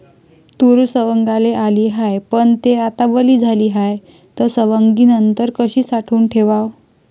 तूर सवंगाले आली हाये, पन थे आता वली झाली हाये, त सवंगनीनंतर कशी साठवून ठेवाव?